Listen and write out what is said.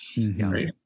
right